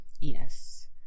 yes